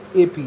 AP